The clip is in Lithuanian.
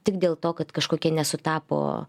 tik dėl to kad kažkokie nesutapo